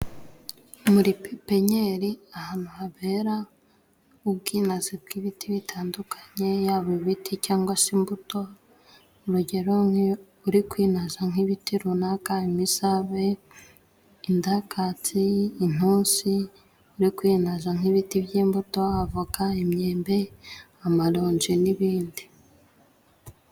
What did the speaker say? Muri pepinyeri ahantu habera ubwinazi bw'ibiti bitandukanye yaba ibiti cyangwa se imbuto urugero nk'iyo uri kwinoza nk'ibiti runaka, imisave, indakatsi, intusi no kwinaza nk'ibiti by'imbuto, avoka, imyembe, amaronji n'ibindi.